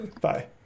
Bye